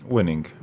Winning